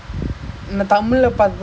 என்ன:enna page இது:ithu